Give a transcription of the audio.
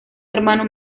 hermano